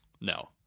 No